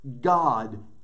God